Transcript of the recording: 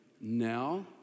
now